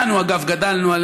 אתה רוצה שלא אתן לך לשאול?